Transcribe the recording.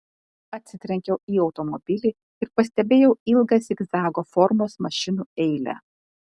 atsitrenkiau į automobilį ir pastebėjau ilgą zigzago formos mašinų eilę